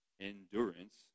endurance